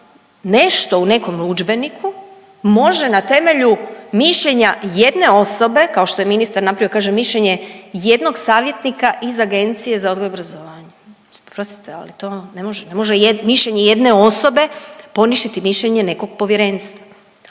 nešto u nekom udžbeniku, može na temelju mišljenja jedne osobe, kao što ministar napravio. Kaže mišljenje jednog savjetnika iz Agencije za odgoj i obrazovanje. Oprostite, ali to ne može, ne može mišljenje jedne osobe poništiti mišljenje nekog Povjerenstva,